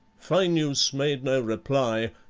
phineus made no reply,